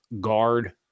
guard